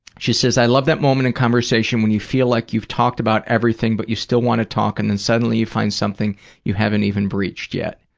she says, i love that moment in conversation when you feel like you've talked about everything but you still want to talk and then suddenly you find something you haven't even breached yet.